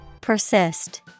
Persist